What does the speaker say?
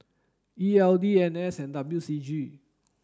E L D N and S W C G